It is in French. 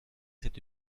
cette